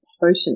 potent